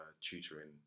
tutoring